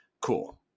Cool